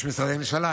יש משרדי ממשלה,